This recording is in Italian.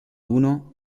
uno